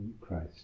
Christ